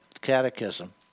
catechism